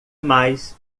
mais